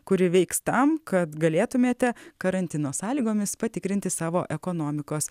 kuri veiks tam kad galėtumėte karantino sąlygomis patikrinti savo ekonomikos